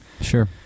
Sure